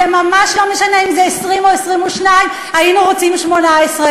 זה ממש לא משנה אם זה 20 או 22. היינו רוצים 18,